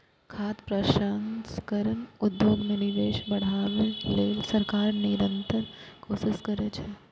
खाद्य प्रसंस्करण उद्योग मे निवेश बढ़ाबै लेल सरकार निरंतर कोशिश करै छै